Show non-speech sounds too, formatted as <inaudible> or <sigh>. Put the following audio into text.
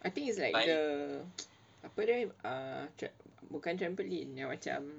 I think it's like err <noise> apa that err <noise> bukan trampoline err macam